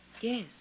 Yes